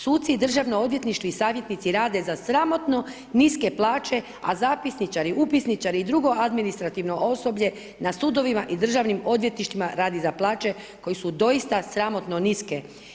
Suci i državno odvjetništvo i savjetnici rade za sramotno niske plaće, a zapisničari, upisničari i drugo administrativno osoblje na sudovima i državnim odvjetništvima radi za plaće koje su doista sramotno niske.